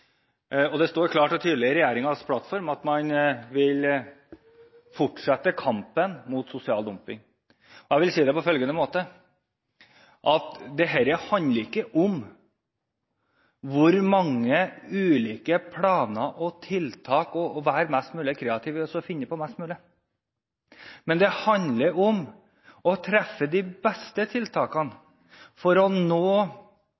Det står klart og tydelig i regjeringens plattform at man vil fortsette kampen mot sosial dumping. Jeg vil si det på følgende måte: Dette handler ikke om hvor mange ulike planer og tiltak man foreslår, og om det å være mest mulig kreativ og finne på mest mulig, men det handler om å treffe de beste tiltakene for å nå